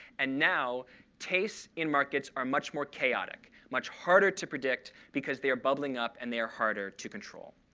and now tastes in markets are much more chaotic, much harder to predict, because they are bubbling up and they are harder to control.